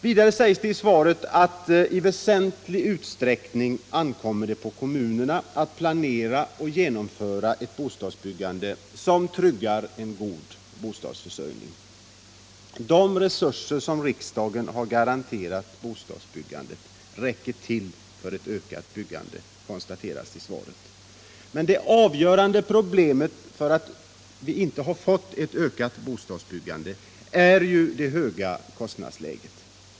Vidare sägs det i svaret att det i väsentlig utsträckning ankommer på kommunerna att planera och genomföra ett bostadsbyggande som tryggar en god bostadsförsörjning. De resurser som riksdagen garanterat bostadsbyggandet räcker till för ett ökat byggande, konstateras det i svaret. Men det avgörande problemet, som gjort att vi inte fått ett ökat bostadsbyggande, är ju det höga kostnadsläget.